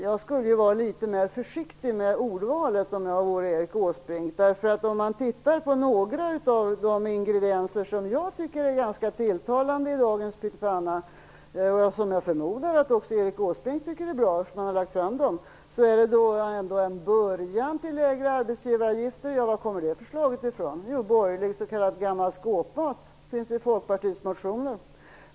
Jag skulle vara litet mer försiktig med ordvalet om jag vore Erik Åsbrink. Om man tittar på några av de ingredienser som jag tycker är ganska tilltalande i dagens pyttipanna, och som jag förmodar också Erik Åsbrink tycker är bra eftersom han har föreslagit dem, finner man en början till lägre arbetsgivaravgifter. Varifrån kommer det förslaget? Jo, det är borgerlig s.k. gammal skåpmat. Det finns i Folkpartiets motioner.